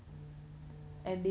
oh